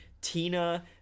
Tina